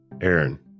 Aaron